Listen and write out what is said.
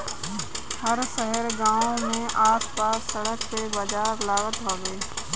हर शहर गांव में आस पास सड़क पे बाजार लागत हवे